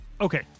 Okay